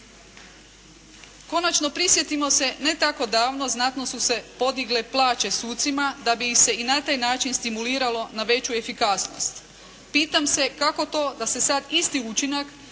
Konačno, prisjetimo se ne tako davno znatno su se podigle plaće sucima, da bi ih se i na taj način stimuliralo na veću efikasnost. Pitam se kako to da se sada isti učinak,